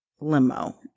limo